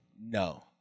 No